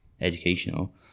educational